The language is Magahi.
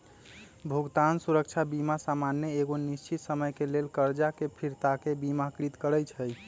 भुगतान सुरक्षा बीमा सामान्य एगो निश्चित समय के लेल करजा के फिरताके बिमाकृत करइ छइ